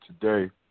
today